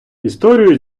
історію